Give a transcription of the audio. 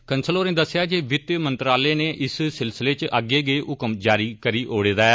कंसल होरें दस्सेआ जे वित्त मंत्राय नै इस सिलसिले च अग्गै गै हुक्म जारी करी ओड़े दा ऐ